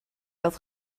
dat